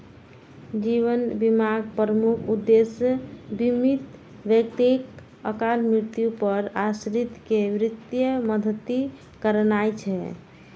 जीवन बीमाक प्रमुख उद्देश्य बीमित व्यक्तिक अकाल मृत्यु पर आश्रित कें वित्तीय मदति करनाय छै